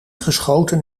geschoten